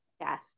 Yes